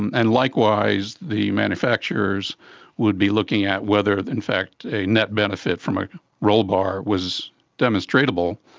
and likewise the manufacturers would be looking at whether in fact a net benefit from a rollbar was demonstrable,